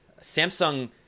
samsung